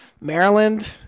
Maryland